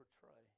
portray